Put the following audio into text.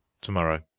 Tomorrow